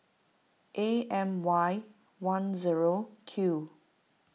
A M Y one zero Q